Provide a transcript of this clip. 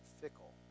fickle